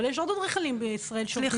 אבל יש עוד אדריכלים בישראל שעובדים איתנו.